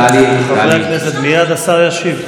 חברי הכנסת, מייד השר ישיב.